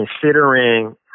considering